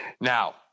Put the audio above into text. Now